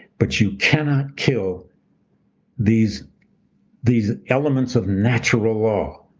but you cannot kill these these elements of natural law.